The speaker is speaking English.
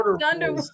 Thunder